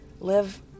live